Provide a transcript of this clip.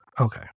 Okay